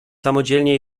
samodzielnie